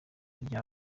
rya